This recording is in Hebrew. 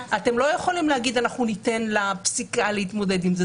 יכולים להגיד שאנחנו ניתן לפסיקה להתמודד עם זה,